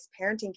parenting